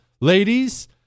Ladies